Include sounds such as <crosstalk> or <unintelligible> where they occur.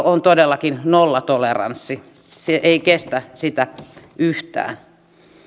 <unintelligible> on todellakin nollatoleranssi se ei kestä sitä yhtään